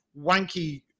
wanky